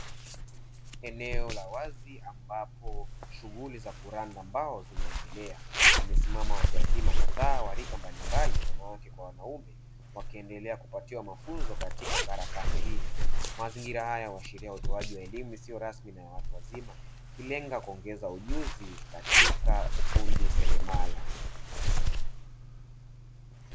Eneo la wazi ambapo shughuli za kulanda mbao zinaendelea, wamesimama watu wazima kadhaa wa rika mbalimbali wanawake kwa wanaume wakiendelea kupatiwa mafunzo katika kalakana hii, mazingira haya huashiria utoaji wa elimu isiyo rasmi na ya watu wazima ikilenga kuongeza ujuzi katika ufundi seremala.